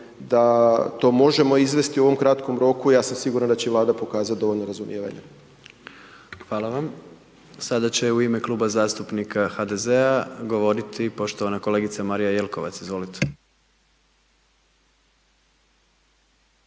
da to možemo izvesti u ovom kratkom roku, ja sam siguran da će Vlada pokazat dovoljno razumijevanja. Hvala vam. **Jandroković, Gordan (HDZ)** Sada će u ime Kluba zastupnika HDZ-a, govoriti poštovana kolegica Marija Jelkovac. Izvolite.